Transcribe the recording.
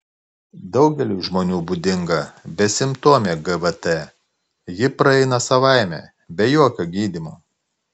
daugeliui žmonių būdinga besimptomė gvt ji praeina savaime be jokio gydymo